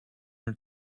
her